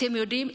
אתם יודעים,